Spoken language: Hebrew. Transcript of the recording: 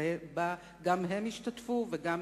שבה גם הם ישתתפו וגם